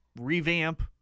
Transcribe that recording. revamp